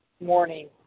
morning